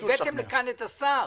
הבאתם לכאן את השר